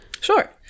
Sure